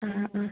ആ ആ